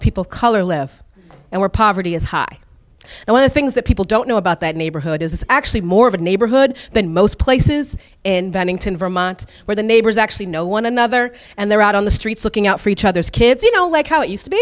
people color live and where poverty is high and the things that people don't know about that neighborhood is actually more of a neighborhood than most places in bennington vermont where the neighbors actually know one another and they're out on the streets looking out for each other's kids you know like how it used to be